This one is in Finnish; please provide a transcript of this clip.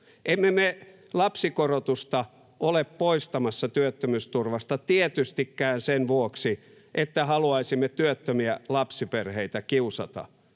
Emme me lapsikorotusta ole poistamassa työttömyysturvasta tietystikään sen vuoksi, että haluaisimme työttömiä lapsiperheitä kiusata.